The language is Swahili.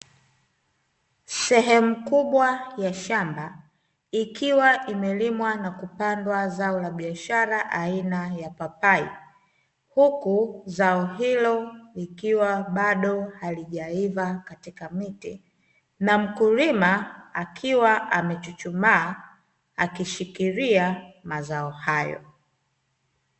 Sehemu kubwa ya shamba ikiwa imelimwa na kupandwa zao la biashara aina ya papai, huku zao hilo likiwa bado halijaiva katika miti, na mkulima akiwa amechuchumaa akishikilia mazao hayo.